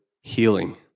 healing